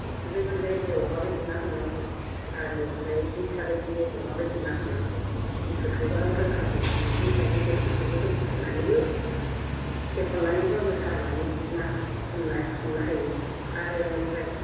फख्रिबायदि जायगायाव माबायदि ना हमनांगौ आरो ओमफ्राय दैसा बायदि जायगायाव माबायदि ना हमनांगौ बेफोरखौबो आङो रोंखाजोबो दैसा गिदिरफोरखौबो जों थेनानैबो थेखननानैबाबो सारनानै ना हमना हमनो हायो आरो बेनिफ्राय